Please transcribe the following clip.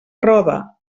roda